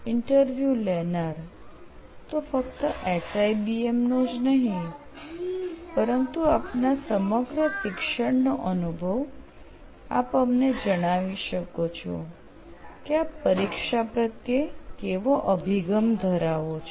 interview લેનાર તો ફક્ત SIBMનો જ નહિ પરંતુ આપના સમગ્ર શિક્ષણનો અનુભવ આપ અમને જણાવી શકો છો કે આપ પરીક્ષા પ્રત્યે કેવો અભિગમ ધરાવો છો